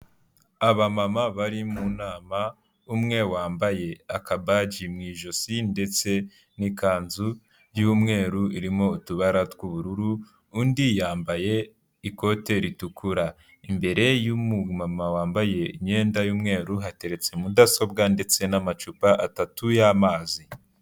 Abamama bari mu nama, umwe wambaye akabaji mu ijosi ndetse n'ikanzu y'umweru irimo utubara tw'ubururu, undi yambaye ikote ritukura. imbere y'umumama wambaye imyenda y'umweru hateretse mudasobwa ndetse n'amacupa atatu y'amazi.